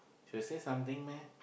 she got say something meh